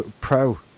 Pro